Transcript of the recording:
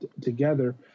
together